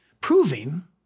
proving